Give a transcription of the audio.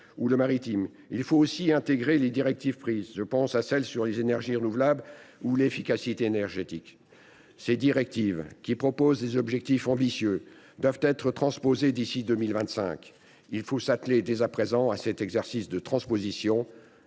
ou le maritime. Il faut aussi intégrer les directives : je pense à celles sur les énergies renouvelables ou sur l’efficacité énergétique. Ces directives, qui proposent des objectifs ambitieux, doivent être transposées d’ici à 2025. Il faut s’atteler, dès à présent, à cet exercice de transposition